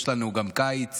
יש לנו גם קיץ